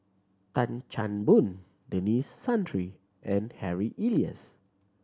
Tan Chan Boon Denis Santry and Harry Elias